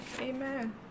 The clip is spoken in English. Amen